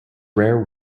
rare